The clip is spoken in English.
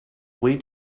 way